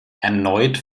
erneut